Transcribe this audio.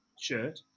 shirt